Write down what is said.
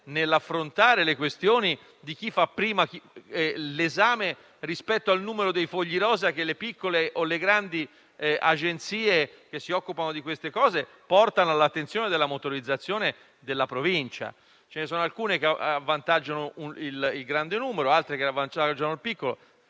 nell'affrontare la questione di chi fa prima l'esame rispetto al numero dei fogli rosa, che le piccole e le grandi agenzie che si occupano di tali questioni portano all'attenzione della motorizzazione della Provincia. Ce ne sono alcune che avvantaggiano il grande numero ed altre che avvantaggiano il piccolo;